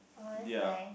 or else is nice